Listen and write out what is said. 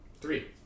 Three